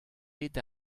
bet